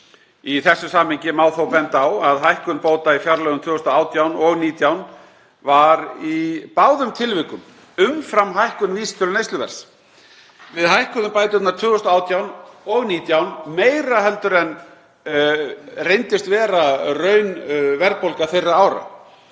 Í þessu samhengi má þó benda á að hækkun bóta í fjárlögum 2018 og 2019 var í báðum tilvikum umfram hækkun vísitölu neysluverðs. Við hækkuðum bæturnar 2018 og 2019 meira en reyndist vera raunverðbólga þeirra ára.